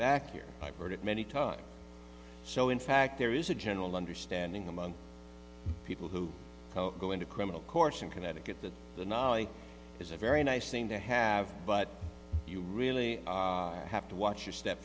back here i've heard it many times so in fact there is a general understanding among people who go into criminal courts in connecticut that the knowledge is a very nice thing to have but you really have to watch your step